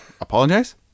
apologize